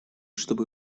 чтобы